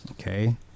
okay